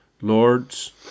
lords